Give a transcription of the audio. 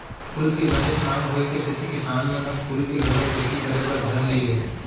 फूल के बनेच मांग होय के सेती किसान मन ह फूल के घलौ खेती करे बर धर लिये हें